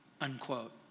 unquote